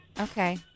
Okay